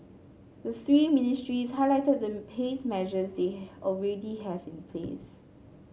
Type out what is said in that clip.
the three ministries highlighted the haze measures they already have in place